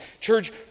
Church